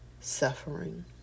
suffering